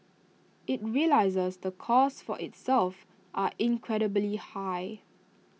IT realises the costs for itself are incredibly high